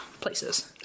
places